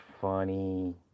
funny